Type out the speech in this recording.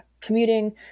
commuting